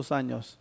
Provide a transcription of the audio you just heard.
años